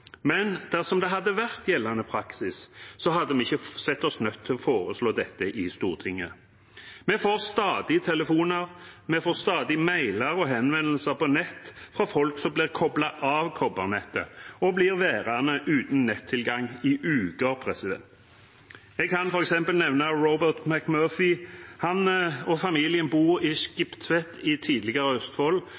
Men dersom det hadde vært gjeldende praksis, hadde vi ikke sett oss nødt til å foreslå dette i Stortinget. Vi får stadig telefoner, vi får stadig mailer og henvendelser på nett, fra folk som blir koblet av kobbernettet, og som blir værende uten nettilgang i uker. Jeg kan f.eks. nevne Robert Murphree. Han og familien bor i Skiptvet i tidligere Østfold,